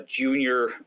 junior